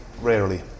rarely